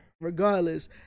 Regardless